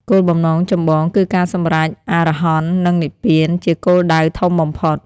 គោលបំណងចម្បងគឺការសម្រេច អរហន្ត និង និព្វាន ជាគោលដៅធំបំផុត។